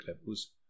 levels